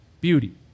beauty